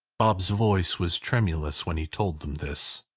bob's voice was tremulous when he told them this,